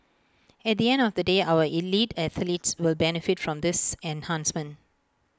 at the end of the day our elite athletes will benefit from this enhancement